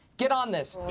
get on this.